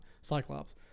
Cyclops